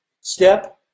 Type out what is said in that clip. Step